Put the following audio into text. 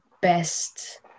best